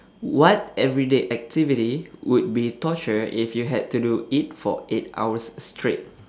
what everyday activity would be torture if you had to do it for eight hours straight